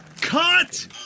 Cut